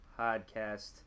podcast